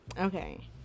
Okay